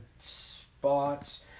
spots